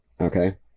Okay